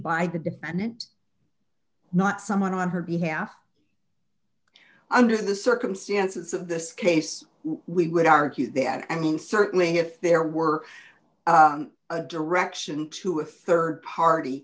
by the defendant not someone on her behalf under the circumstances of this case we would argue that and certainly if there were a direction to a rd party